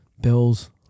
Bills